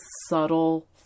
subtle